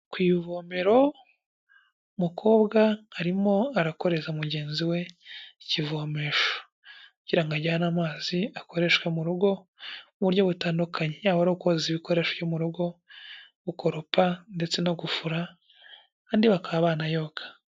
Ku ivomero mukobwa arimo arakoreza mugenzi we ikivomesho, kugirango ajyane amazi akoreshwe mu rugo mu buryo butandukanye, yaba ari ukoza ibikoresho byo mu rugo, gukoropa ndetse no gufura, andi bakaba banayoga.